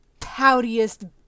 poutiest